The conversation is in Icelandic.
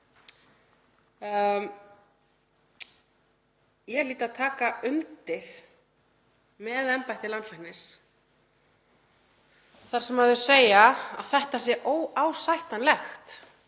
Ég hlýt að taka undir með embætti landlæknis þar sem þau segja að þetta sé óásættanlegt.